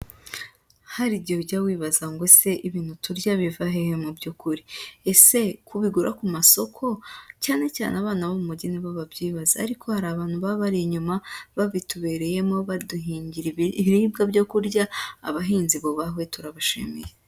Hari igihe ujya wibaza ngo ese ibintu turya biva hehe mu by'ukuri. Ese ko ubigura ku masoko, cyane cyane abana bo mu mujyi ni bo babyibaza. Ariko hari abantu baba bari inyuma babitubereyemo baduhingira ibiribwa byo kurya, abahinzi bubahwe turabashimiye.